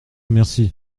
merci